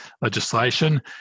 legislation